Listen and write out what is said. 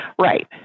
Right